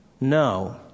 No